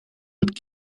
mit